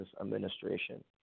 administration